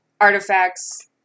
artifacts